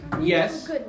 Yes